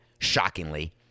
shockingly